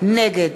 נגד